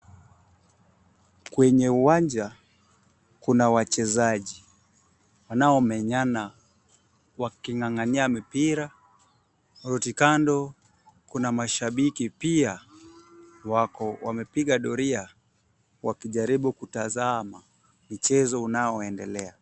Kwenye uwanja, kuna wachezaji wanaomenyana waking'ang'ania mipira hoti kando. Kuna mashabiki pia wako wamepiga doria, wakijaribu kutazama michezo unaoendelea.